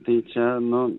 tai čia nu